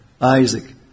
Isaac